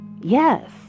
yes